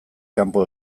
kanpo